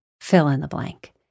fill-in-the-blank